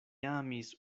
amis